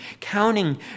counting